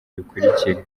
bikurikira